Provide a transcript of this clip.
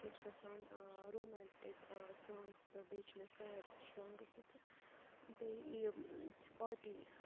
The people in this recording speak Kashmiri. مےٚ چھِ گَژھان رومینٹِک سانٛگٕز تہٕ بیٚیہِ چھِ مےٚ سیڈ سانٛگٕز تہِ تہٕ بیٚیہِ یِم پارٹی